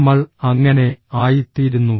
നമ്മൾ അങ്ങനെ ആയിത്തീരുന്നു